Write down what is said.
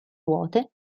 ruote